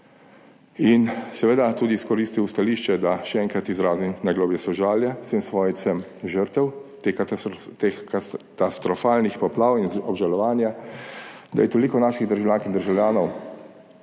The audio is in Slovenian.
in seveda tudi izkoristil stališče, da še enkrat izrazim najgloblje sožalje vsem svojcem žrtev teh katastrofalnih poplav in obžalovanje, da je toliko naših državljank in državljanov